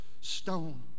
stone